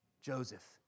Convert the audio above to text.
Joseph